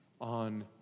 on